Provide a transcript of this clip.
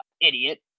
idiot